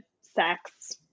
sex